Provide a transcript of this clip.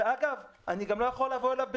אגב, אני גם לא יכול לבוא אליו בתלונות,